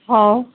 हा